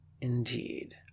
indeed